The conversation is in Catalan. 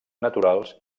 naturals